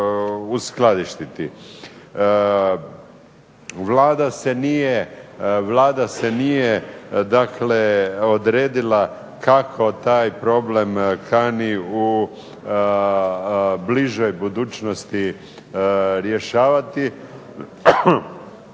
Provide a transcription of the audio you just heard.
Vlada se nije dakle odredila kako taj problem kani u bližoj budućnosti rješavati,